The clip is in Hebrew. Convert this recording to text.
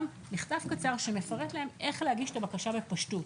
מכתב קצר שמפרט להם איך להגיש את הבקשה בפשטות.